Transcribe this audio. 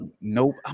Nope